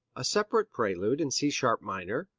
a separate prelude in c sharp minor,